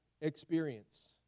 experience